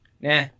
nah